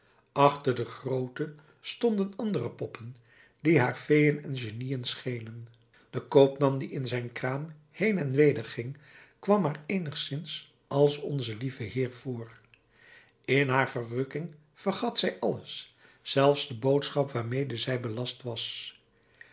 achter de groote stonden andere poppen die haar feeën en geniën schenen de koopman die in zijn kraam heen en weder ging kwam haar eenigszins als onze lieve heer voor in haar verrukking vergat zij alles zelfs de boodschap waarmede zij belast was